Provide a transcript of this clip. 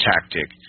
tactic